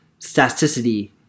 staticity